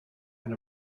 and